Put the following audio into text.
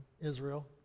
Israel